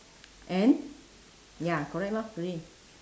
and ya correct lor green